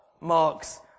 Mark's